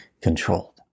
controlled